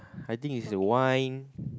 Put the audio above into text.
I think is the wine